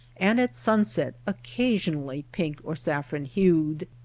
and at sun set occasionally pink or saff ron-hued.